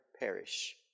perish